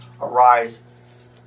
arise